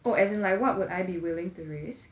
oh as in like what would I be willing to risk